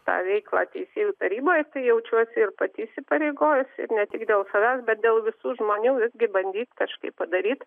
tą veiklą teisėjų taryboje tai jaučiuosi ir pati įsipareigojusi ne tik dėl savęs bet dėl visų žmonių visgi bandyt kažkaip padaryt